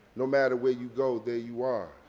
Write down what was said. no matter where you go, there you are.